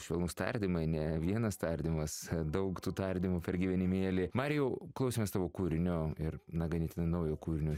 švelnūs tardymai ne vienas tardymas daug tų tardymų per gyvenimėlį marijau klausėmės tavo kūrinio ir na ganėtinai naujo kūrinio